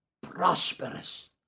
prosperous